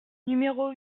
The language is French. numéros